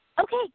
Okay